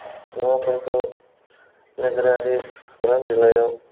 मुवाफोरखौ नोगोरारि खौरां बिलाइयाव